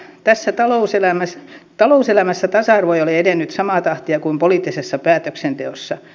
tässä talouselämässä tasa arvo ei ole edennyt samaa tahtia kuin poliittisessa päätöksenteossa